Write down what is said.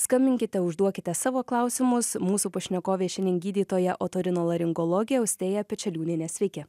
skambinkite užduokite savo klausimus mūsų pašnekovė šiandien gydytoja otorinolaringologė austėja pečeliūnienė sveiki